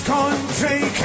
Country